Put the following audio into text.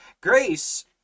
Grace